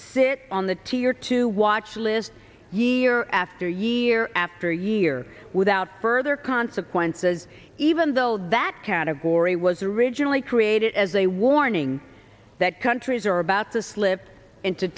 sit on the two year to watch list year after year after year without further consequences even though that category was originally created as a warning that countries are about to slip into